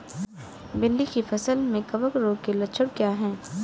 भिंडी की फसल में कवक रोग के लक्षण क्या है?